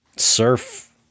surf